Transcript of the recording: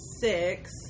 six